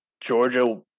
Georgia